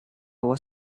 was